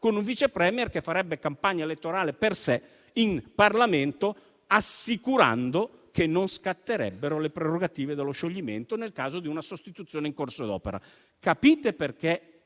con un Vice *Premier* che farebbe campagna elettorale per sé in Parlamento, assicurando che non scatterebbero le prerogative dello scioglimento, nel caso di una sostituzione in corso d'opera. Capite perché